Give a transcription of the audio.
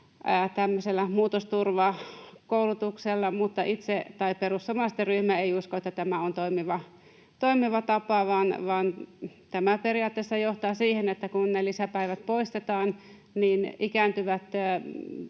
muutosturvakoulutuksella — mutta perussuomalaisten ryhmä ei usko, että tämä on toimiva tapa, vaan tämä periaatteessa johtaa siihen, että kun ne lisäpäivät poistetaan, niin ikääntyvät